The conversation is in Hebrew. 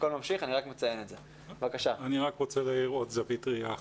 אני רוצה להעיר עוד זווית ראיה אחת.